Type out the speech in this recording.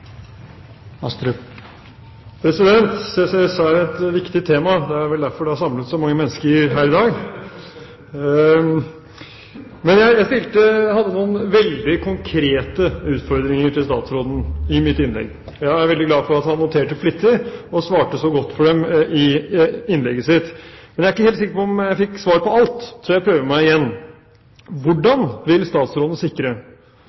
det er samlet så mange mennesker her i dag! Jeg hadde noen veldig konkrete utfordringer til statsråden i mitt innlegg. Jeg er veldig glad for at han noterte flittig og svarte så godt på dem i innlegget sitt. Men jeg er ikke sikker på om jeg fikk svar på alt, så jeg prøver meg igjen: Hvordan vil statsråden sikre